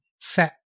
set